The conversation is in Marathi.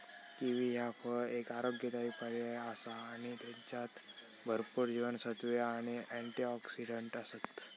किवी ह्या फळ एक आरोग्यदायी पर्याय आसा आणि त्येच्यात भरपूर जीवनसत्त्वे आणि अँटिऑक्सिडंट आसत